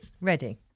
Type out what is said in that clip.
Ready